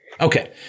Okay